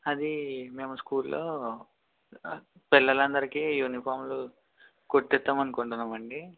అది మేము స్కూల్లో పిల్లలందరికీ యూనిఫామ్లు కుట్టిదాం అనుకుంటున్నామండి